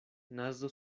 nazo